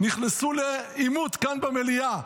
נכנסו לעימות כאן במליאה.